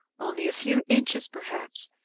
only a few inches perhaps,